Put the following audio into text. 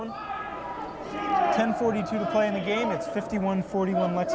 ten forty two playing the game it's fifty one forty one what